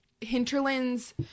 Hinterlands